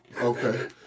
Okay